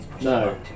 No